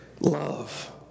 love